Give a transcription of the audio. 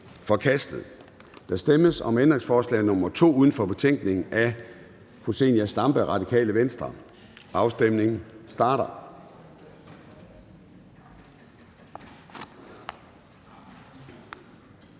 Der stemmes om ændringsforslag nr. 2 uden for betænkningen af Zenia Stampe (RV). Afstemningen starter.